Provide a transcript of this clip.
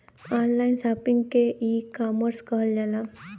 online shopping के ecommerce कहल जाला